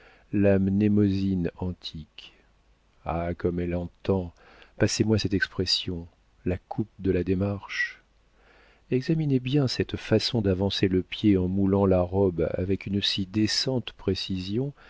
la mnémosyne antique ah comme elle entend passez-moi cette expression la coupe de la démarche examinez bien cette façon d'avancer le pied en moulant la robe avec une si décente précision